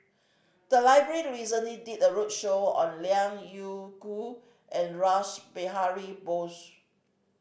the library recently did a roadshow on Liao Yingru and Rash Behari Bose